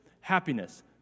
happiness